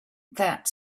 that